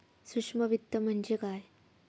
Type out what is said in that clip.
सूक्ष्म वित्त म्हणजे काय?